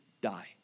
die